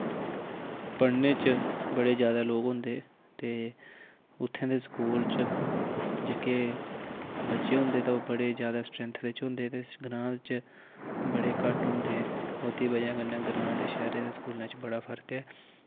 पढ़ने च बड़े जादा लोग होंदे ते उ'त्थें दे स्कूल च जेह्के बच्चे होंदे तां ओह् बड़ी जादा स्ट्रेंथ बिच होंदे ते ग्रांऽ बिच बड़े घट्ट होंदे ओह्दी बजह कन्नै ग्रांऽ ते शैह्रें दे स्कूलें च बड़ा फर्क ऐ